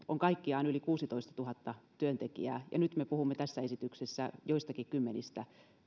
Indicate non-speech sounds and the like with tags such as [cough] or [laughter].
[unintelligible] on kaikkiaan yli kuusitoistatuhatta työntekijää ja nyt me puhumme tässä esityksessä joistakin kymmenistä